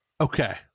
okay